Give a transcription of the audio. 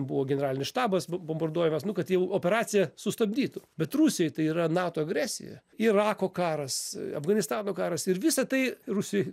buvo generalinis štabas bom bombarduojamas nu kad jau operaciją sustabdytų bet rusijai tai yra nato agresija irako karas afganistano karas ir visa tai rusijoj